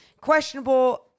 Questionable